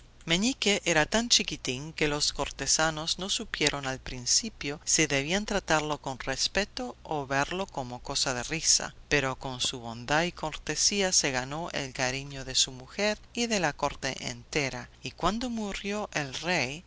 meñique era tan chiquitín que los cortesanos no supieron al principio si debían tratarlo con respeto o verlo como cosa de risa pero con su bondad y cortesía se ganó el cariño de su mujer y de la corte entera y cuando murió el rey